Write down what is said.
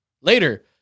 Later